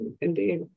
Indeed